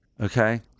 okay